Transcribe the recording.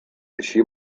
així